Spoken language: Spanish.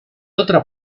otra